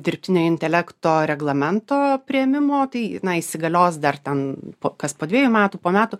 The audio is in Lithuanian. dirbtinio intelekto reglamento priėmimo tai na įsigalios dar ten kas po dviejų metų po metų